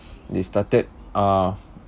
they started uh